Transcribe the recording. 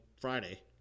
Friday